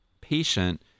patient